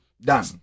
Done